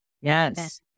Yes